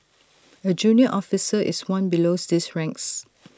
A junior officer is one below these ranks